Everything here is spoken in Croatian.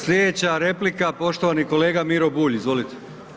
Slijedeća replika poštovani kolega Miro Bulj, izvolite.